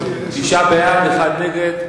אחד נגד.